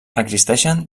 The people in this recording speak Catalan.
existeixen